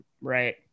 right